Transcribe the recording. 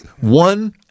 One